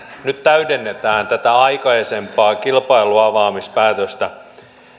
nyt täydennetään tätä aikaisempaa kilpailunavaamispäätöstä